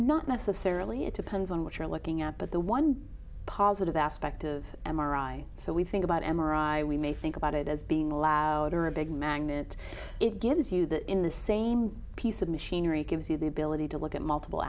not necessarily it depends on what you're looking at but the one positive aspect of m r i so we think about m r i we may think about it as being allowed or a big magnet it gives you in the same piece of machinery it gives you the ability to look at multiple